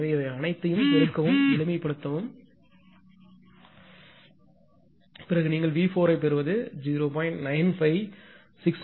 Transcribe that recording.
எனவே இவை அனைத்தையும் பெருக்கவும் எளிமைப்படுத்தவும் பிறகு நீங்கள் V4 ஐப் பெறுவது 0